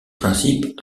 principes